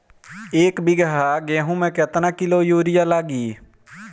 एक बीगहा गेहूं में केतना किलो युरिया लागी?